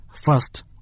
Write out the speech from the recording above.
First